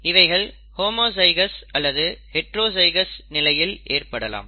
இவைகள் ஹோமோஜைகௌஸ் அல்லது ஹைட்ரோஜைகௌஸ் நிலையில் ஏற்படலாம்